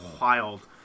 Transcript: Wild